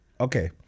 Okay